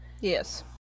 Yes